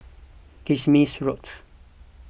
Kismis Road